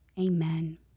Amen